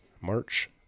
March